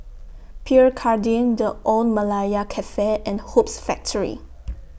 Pierre Cardin The Old Malaya Cafe and Hoops Factory